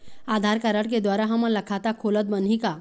आधार card के द्वारा हमन ला खाता खोलत बनही का?